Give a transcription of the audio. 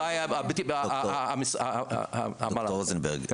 ד"ר רוזנברג,